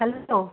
hello